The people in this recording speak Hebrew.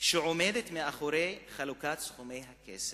שעומדות מאחורי חלוקת סכומי הכסף.